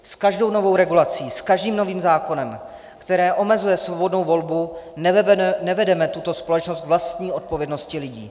S každou novou regulací, s každým novým zákonem, který omezuje svobodnou volbu, nevedeme tuto společnost k vlastní odpovědnosti lidí.